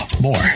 more